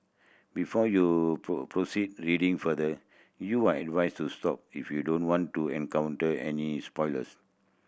before you proceed reading further you are advised to stop if you don't want to encounter any spoilers